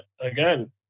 again